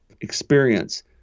experience